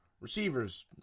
receivers